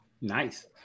Nice